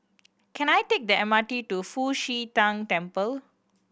can I take the M R T to Fu Xi Tang Temple